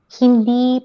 hindi